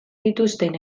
dituzten